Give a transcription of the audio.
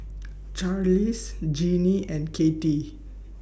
Charlize Jinnie and Cathy